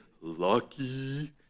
lucky